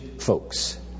folks